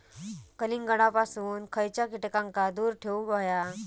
कलिंगडापासून खयच्या कीटकांका दूर ठेवूक व्हया?